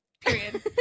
Period